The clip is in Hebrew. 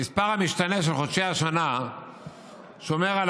המספר המשתנה של חודשי שנה שומר על